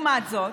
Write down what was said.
לעומת זאת,